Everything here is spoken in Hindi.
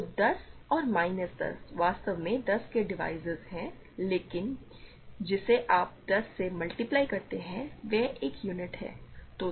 तो 10 और माइनस 10 वास्तव में 10 के डिवीज़रस हैं लेकिन जिसे आप 10 से मल्टीप्लाई करते हैं वह एक यूनिट है